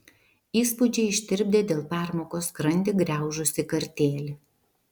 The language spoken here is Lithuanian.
įspūdžiai ištirpdė dėl permokos skrandį griaužusį kartėlį